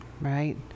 Right